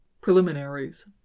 Preliminaries